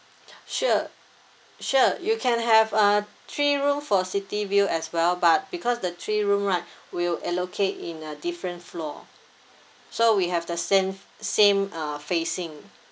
sure sure you can have uh three room for city view as well but because the three room right we'll allocate in a different floor so we have the same same uh facing